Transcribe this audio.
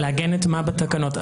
לעגן את מה בתקנות?